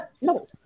no